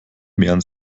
mehren